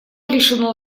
решено